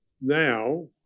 now